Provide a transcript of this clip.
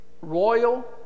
royal